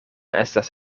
estas